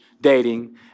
dating